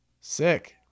sick